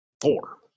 Four